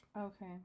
Okay